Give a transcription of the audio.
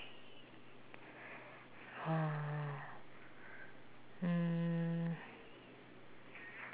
mm mm